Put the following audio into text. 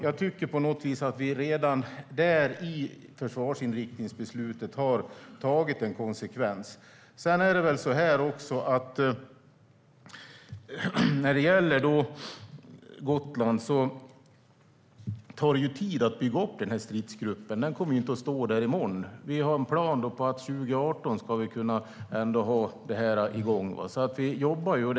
Jag tycker därför att vi redan i försvarsinriktningsbeslutet har tagit konsekvensen av situationen. Vad gäller Gotland tar det tid att bygga upp denna stridsgrupp. Den kommer inte att stå där i morgon. Planen är att vi 2018 ska kunna ha det igång, och vi jobbar på det.